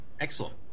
Excellent